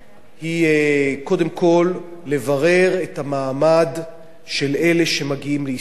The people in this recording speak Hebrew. קודם כול לברר את המעמד של אלה שמגיעים לישראל,